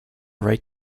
right